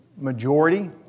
majority